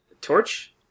torch